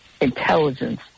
intelligence